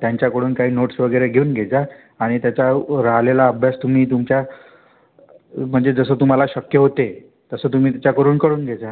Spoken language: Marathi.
त्यांच्याकडून काही नोट्स वगैरे घेऊन घेजा आणि त्याचा राहलेला अभ्यास तुम्ही तुमच्या म्हणजे जसं तुम्हाला शक्य होते तसं तुम्ही त्याच्याकडून करून घेजा